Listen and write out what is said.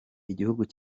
igihugu